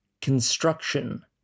Construction